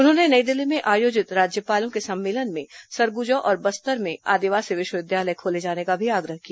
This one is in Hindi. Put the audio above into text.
उन्होंने नई दिल्ली में आयोजित राज्यपालों के सम्मेलन में सरगुजा और बस्तर में आदिवासी विश्वविद्यालय खोले जाने का भी आग्रह किया